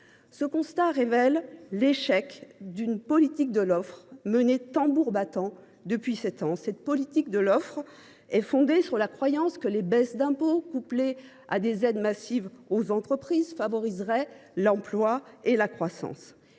tel constat révèle l’échec d’une politique de l’offre menée tambour battant depuis sept ans. Cette politique est fondée sur la croyance que des baisses d’impôt couplées à des aides massives aux entreprises favorisent l’emploi et la croissance.